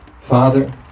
Father